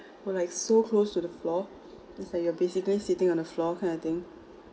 we're like so close to the floor it's like you're basically sitting on the floor kind of thing